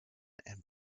and